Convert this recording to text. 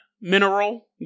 Mineral